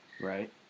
Right